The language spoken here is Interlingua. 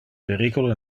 periculo